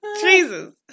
Jesus